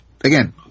again